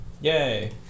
yay